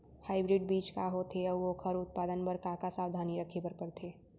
Hybrid बीज का होथे अऊ ओखर उत्पादन बर का का सावधानी रखे बर परथे?